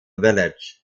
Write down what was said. village